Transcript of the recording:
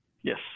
Yes